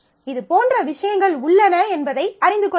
இதுபோன்ற விஷயங்கள் உள்ளன என்பதை அறிந்து கொள்ளுங்கள்